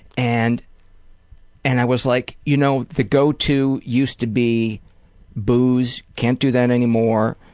and and i was like, you know, the go to used to be booze, can't do that anymore.